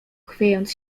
chwiejąc